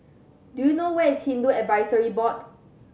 do you know where is Hindu Advisory Board